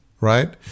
right